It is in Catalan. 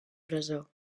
presó